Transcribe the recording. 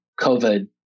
COVID